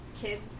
kids